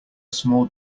small